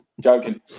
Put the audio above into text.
Joking